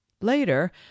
Later